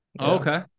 Okay